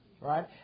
right